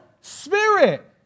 spirit